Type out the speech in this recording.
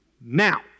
Now